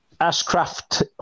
Ashcraft